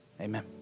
amen